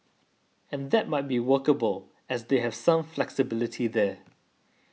and that might be workable as they have some flexibility there